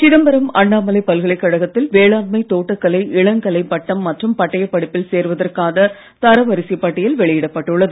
சிதம்பரம் அண்ணாமலை பல்கலைக்கழகத்தில் வேளாண்மை தோட்டக்கலை இளங்கலை பட்டம் மற்றும் பட்டயப் படிப்பில் தரவரிசைப் பட்டியல் வெளியிடப் பட்டுள்ளது